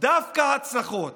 דווקא הצלחות,